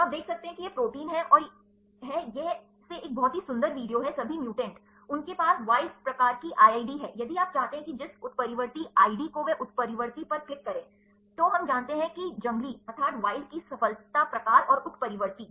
तो आप देख सकते हैं कि यह प्रोटीन है यह से एक बहुत ही सुंदर वीडियो है सभी म्यूटेंट उनके पास जंगली प्रकार IID है यदि आप चाहते हैं कि जिस उत्परिवर्ती आईडी को वे उत्परिवर्ती पर क्लिक करें तो हम जानते हैं कि जंगली की सफलता प्रकार और उत्परिवर्ती